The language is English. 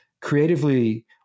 creatively